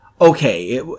Okay